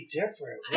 different